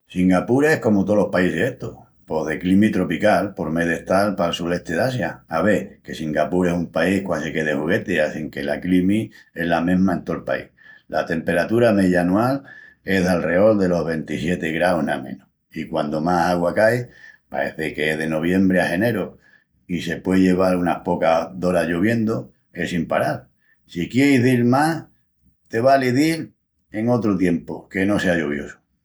Singapur es, comu tolos paísis estus, pos de climi tropical por mé d'estal pal sulesti d'Asia. Ave, que Singapur es un país quasi que de jugueti assinque la climi es la mesma en tol país. La temperatura meya anual es d'alreol delos ventissietigraus, na menus. I quandu más augua cai paeci que es de noviembri a jeneru i se puei lleval unas pocas d'oras lloviendu en sin paral. Si quieris dil más te val dil en otru tiempu que no sea lloviosu.